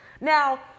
Now